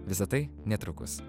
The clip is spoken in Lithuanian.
visa tai netrukus